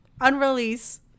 Unrelease